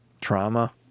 trauma